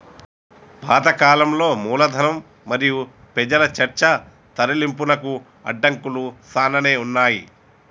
పాత కాలంలో మూలధనం మరియు పెజల చర్చ తరలింపునకు అడంకులు సానానే ఉన్నాయి